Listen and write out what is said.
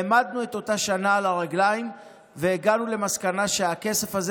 העמדנו את אותה שנה על הרגליים והגענו למסקנה שהכסף הזה